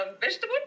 vegetable